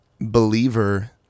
believer